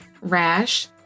rash